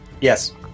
Yes